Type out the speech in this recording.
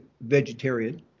vegetarian